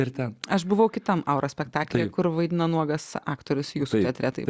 ir ten aš buvau kitam aura spektaklį kur vaidina nuogas aktorius jūsų teatre taip